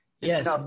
Yes